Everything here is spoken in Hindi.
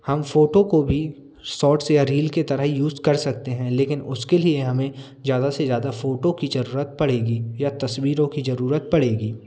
हम फोटो को भी शॉर्ट्स या रील की तरह यूज कर सकते हैं लेकिन उसके लिए हमें ज़्यादा से ज़्यादा फोटो की जरूरत पड़ेगी या तस्वीरों की जरूरत पड़ेगी